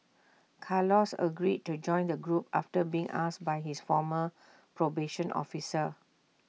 Carlos agreed to join the group after being asked by his former probation officer